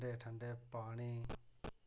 ठंडे ठंडे पानी